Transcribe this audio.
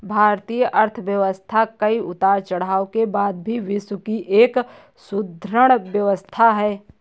भारतीय अर्थव्यवस्था कई उतार चढ़ाव के बाद भी विश्व की एक सुदृढ़ व्यवस्था है